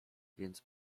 więc